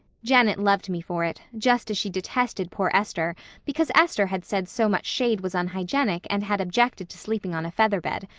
janet loved me for it, just as she detested poor esther because esther had said so much shade was unhygienic and had objected to sleeping on a feather bed.